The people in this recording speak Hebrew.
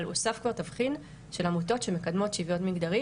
אבל הוסף כבר תבחין של עמותות שמקדמות שוויון מגדרי,